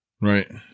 Right